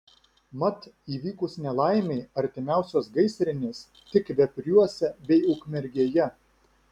mat įvykus nelaimei artimiausios gaisrinės tik vepriuose bei ukmergėje